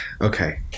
Okay